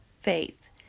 faith